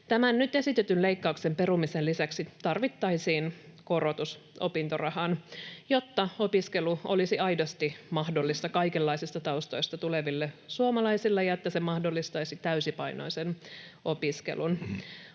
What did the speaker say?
Tämän nyt esitetyn leikkauksen perumisen lisäksi tarvittaisiin korotus opintorahaan, jotta opiskelu olisi aidosti mahdollista kaikenlaisista taustoista tuleville suomalaisille ja se mahdollistaisi täysipainoisen opiskelun.